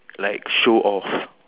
like show off